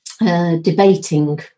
debating